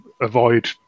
avoid